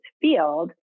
field